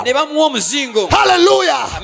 Hallelujah